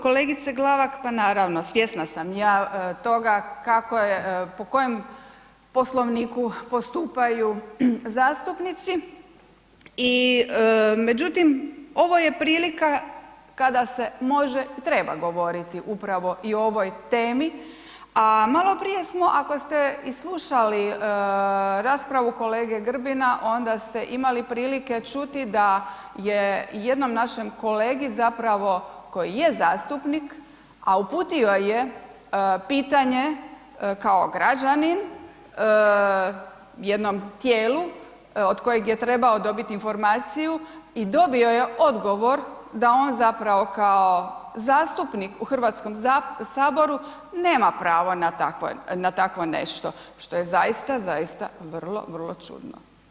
Kolegice Glavak, pa naravno svjesna sam ja toga kako je, po kojem poslovniku postupaju zastupnici i međutim, ovo je prilika kada se može i treba govoriti upravo i o ovoj temi, a maloprije smo ako ste i slušali raspravu kolege Grbina, onda ste imali prilike čuti da je jednom našem kolegi zapravo koji je zastupnik, a uputio je pitanje kao građanin jednom tijelu od kojeg je trebao dobiti informaciju i dobio je odgovor da on zapravo kao zastupnik u HS nema pravo na takvo nešto, što je zaista, zaista vrlo, vrlo čudno.